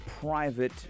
private